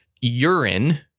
urine